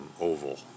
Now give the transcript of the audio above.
oval